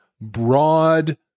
broad